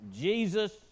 Jesus